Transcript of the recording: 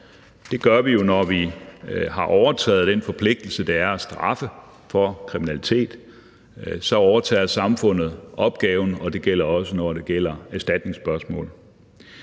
Det gør vi jo, når vi har overtaget den forpligtelse, det er at straffe for kriminalitet. Så overtager samfundet opgaven, og det er også sådan, når det gælder erstatningsspørgsmål.